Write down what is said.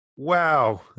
Wow